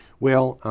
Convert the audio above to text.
well,